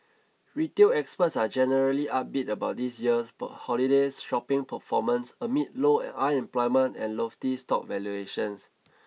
retail experts are generally upbeat about this year's holidays shopping performance amid low unemployment and lofty stock valuations